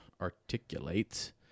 articulates